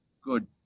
good